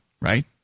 Right